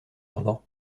ardan